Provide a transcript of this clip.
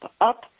up